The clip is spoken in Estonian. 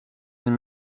ning